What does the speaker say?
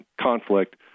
conflict